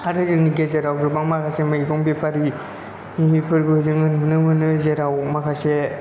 आरो जोंनि गेजेराव गोबां माखासे मैगं बेफारिफोरबो जोङो नुनो मोनो जेराव माखासे